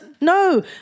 no